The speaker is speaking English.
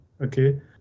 Okay